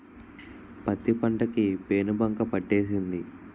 పత్తి పంట కి పేనుబంక పట్టేసింది